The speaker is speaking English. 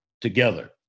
together